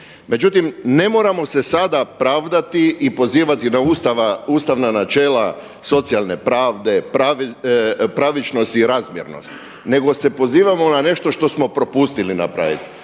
Međutim, ne moramo se sada pravdati i pozivati na ustavna načela socijalne pravde, pravičnost i razmjernost, nego se pozivamo na nešto što smo propustili napraviti.